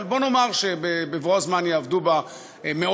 אבל בוא נאמר שבבוא הזמן יעבדו בה מאות